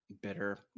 bitter